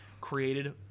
created